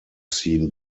seen